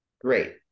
great